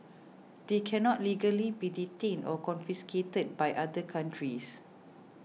they cannot legally be detained or confiscated by other countries